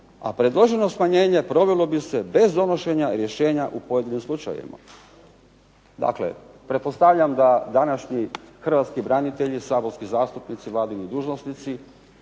a predloženo smanjenje provelo bi se bez donošenja rješenja u pojedinom slučajevima. Dakle pretpostavljam da današnji hrvatski branitelji, saborski zastupnici, vladini dužnosnici,